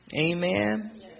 Amen